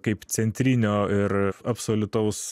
kaip centrinio ir absoliutaus